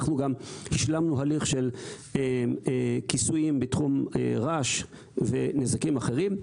גם השלמנו הליך של כיסויים בתחום רעש ונזקים אחרים.